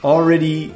Already